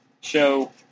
show